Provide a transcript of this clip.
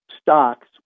stocks